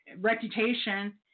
reputation